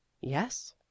Yes